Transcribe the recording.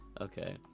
Okay